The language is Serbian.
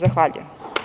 Zahvaljujem.